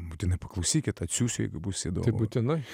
būtinai paklausykit atsiųsiu jeigu bus įdomu būtinai